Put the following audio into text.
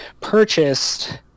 purchased